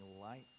light